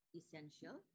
essential